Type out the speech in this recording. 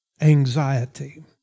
anxiety